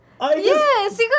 Yes